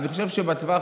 אני חושב שבטווח